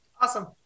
Awesome